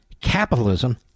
capitalism